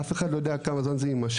אף אחד לא יודע כמה זמן זה יימשך,